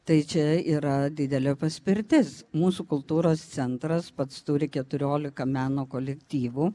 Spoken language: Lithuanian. tai čia yra didelė paspirtis mūsų kultūros centras pats turi keturiolika meno kolektyvų